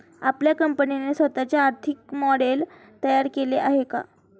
आपल्या कंपनीने स्वतःचे आर्थिक मॉडेल तयार केले आहे का?